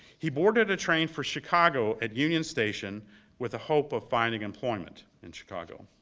he boarded a train for chicago at union station with the hope of finding employment in chicago.